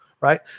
Right